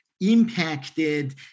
impacted